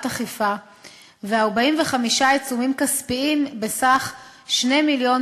האכיפה ו-45 עיצומים כספיים בסך 2 מיליון